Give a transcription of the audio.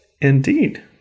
Indeed